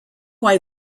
why